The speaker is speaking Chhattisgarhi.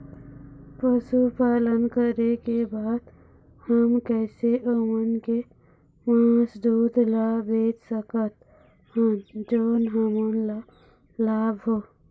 पशुपालन करें के बाद हम कैसे ओमन के मास, दूध ला बेच सकत हन जोन हमन ला लाभ हो?